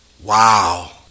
Wow